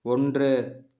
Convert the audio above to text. ஒன்று